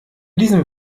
diesem